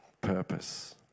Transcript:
purpose